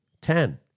Ten